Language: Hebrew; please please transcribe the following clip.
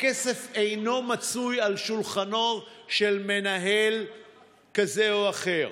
הכסף אינו מצוי על שולחנו של מנהל כזה או אחר,